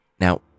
Now